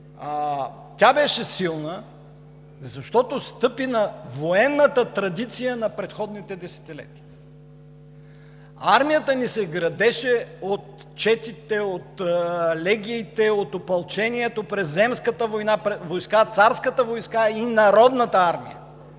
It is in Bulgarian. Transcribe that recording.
тя беше силна, защото стъпи на военната традиция на предходните десетилетия. Армията ни се градеше от четите, от легиите, от Опълчението, през Земската войска, Царската войска и Народната армия.